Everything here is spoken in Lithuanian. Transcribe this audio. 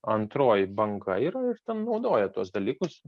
antroji banga yra ir ten naudoja tuos dalykus